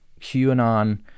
QAnon